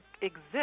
exist